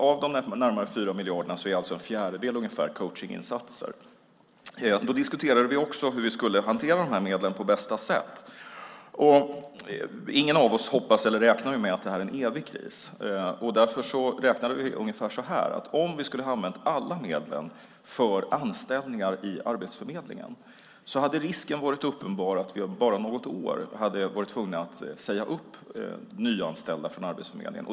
Av de närmare 4 miljarderna är ungefär en fjärdedel coachningsinsatser. Vi diskuterade också hur vi på bästa sätt skulle hantera dessa medel. Ingen av oss räknar med att krisen är evig, och därför räknade vi ungefär på följande sätt: Om vi hade använt alla medlen för anställningar i Arbetsförmedlingen skulle risken ha varit uppenbar att vi om bara något år hade varit tvungna att säga upp nyanställda från Arbetsförmedlingen.